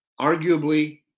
arguably